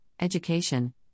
Education